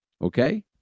okay